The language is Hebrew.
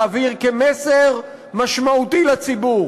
להעביר כמסר משמעותי לציבור